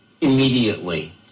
Immediately